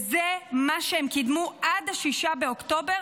זה מה שהם קידמו עד 6 באוקטובר,